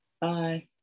bye